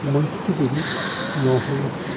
মৈত্রী দেবীর নহন্যতে